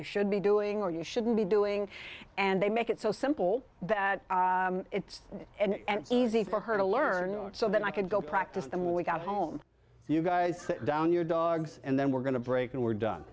you should be doing or you shouldn't be doing and they make it so simple that it's and easy for her to learn so that i could go practice them we got home you guys down your dogs and then we're going to break and we're